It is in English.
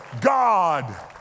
God